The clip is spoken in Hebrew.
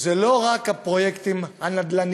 זה לא רק הפרויקטים הנדל"ניים,